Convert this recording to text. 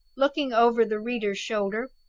looking over the reader's shoulder.